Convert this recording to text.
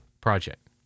project